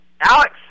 Alex